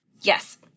Yes